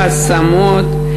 בהשמות.